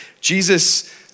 Jesus